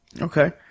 Okay